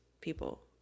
people